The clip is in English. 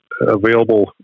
available